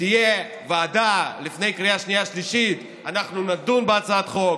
תהיה ועדה לפני קריאה שנייה ושלישית ואנחנו נדון בהצעת החוק,